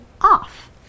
off